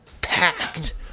packed